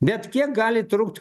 bet kiek gali trukt